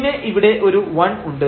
പിന്നെ ഇവിടെ ഒരു 1 ഉണ്ട്